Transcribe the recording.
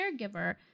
caregiver